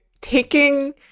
taking